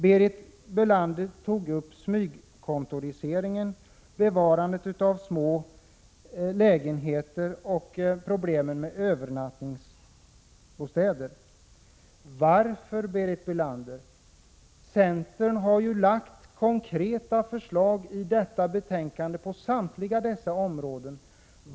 Berit Bölander tog upp smygkontoriseringen, bevarandet av små lägenheter och problemen med övernattningsbostäder. Centern har lagt fram konkreta förslag som finns i detta betänkande på samtliga dessa områden.